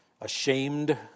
ashamed